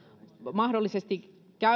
mahdollisesti